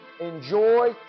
Enjoy